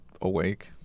awake